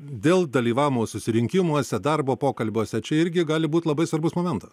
dėl dalyvavimo susirinkimuose darbo pokalbiuose čia irgi gali būt labai svarbus momentas